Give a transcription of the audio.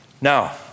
Now